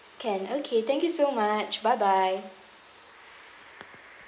can okay thank you so much bye bye